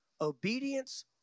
obedience